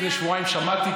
את זה לפני שבועיים שמעתי,